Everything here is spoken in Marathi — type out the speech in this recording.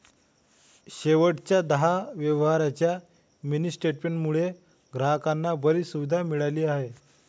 शेवटच्या दहा व्यवहारांच्या मिनी स्टेटमेंट मुळे ग्राहकांना बरीच सुविधा मिळाली आहे